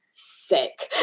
sick